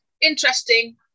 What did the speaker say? interesting